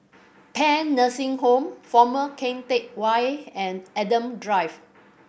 Paean Nursing Home Former Keng Teck Whay and Adam Drive